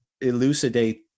elucidate